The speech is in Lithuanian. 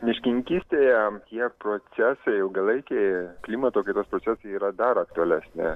miškininkystėje tie procesai ilgalaikiai klimato kaitos procesai yra dar aktualesni